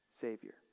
Savior